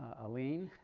alin.